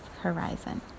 horizon